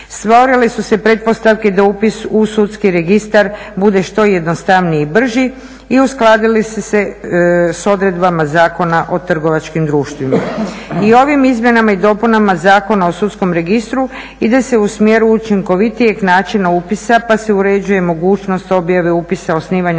Stvorile su se pretpostavke da upis u sudski registar bude što jednostavniji i brži i uskladili su se s odredbama Zakona o trgovačkim društvima. I ovim izmjenama i dopunama Zakona o sudskom registru ide se u smjeru učinkovitijeg načina upisa pa se uređuje mogućnost objave upisa osnivanja